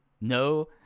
no